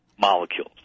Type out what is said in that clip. molecules